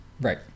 Right